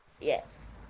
Yes